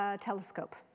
telescope